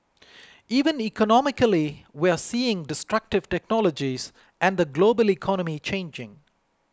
even economically we're seeing destructive technologies and the global economy changing